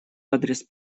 адрес